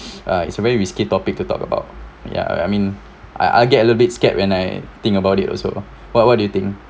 uh it's a very risky topic to talk about ya I I mean I I'll get a little bit scared when I think about it also what what do you think